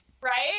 right